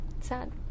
sad